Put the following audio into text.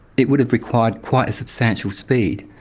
it would have required quite a substantial speed,